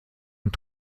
und